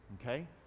Okay